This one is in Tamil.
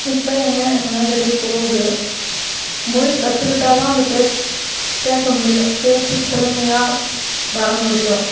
இப்போ எங்கேயாவது எங்கேனாவது வெளியே போகுது மொழி கற்றுக்கிட்டாதான் அந்த பேசு பேச முடியும் பேச்சு திறமையாக வர முடியும்